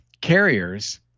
carriers